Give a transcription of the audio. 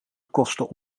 kosten